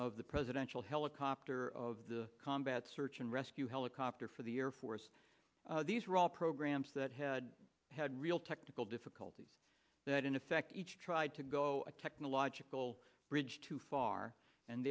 of the presidential helicopter of the combat search and rescue helicopter for the air force these are all programs that had had real technical difficulties that in effect each tried to go a technological bridge too far and